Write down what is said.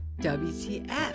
wtf